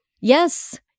Yes